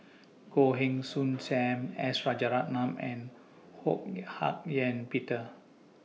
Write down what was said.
Goh Heng Soon SAM S Rajaratnam and Ho Hak Ean Peter